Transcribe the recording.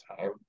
time